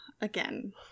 again